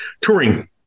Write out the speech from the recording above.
touring